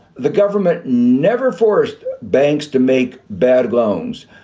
the government never forced banks to make bad loans.